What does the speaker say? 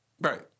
Right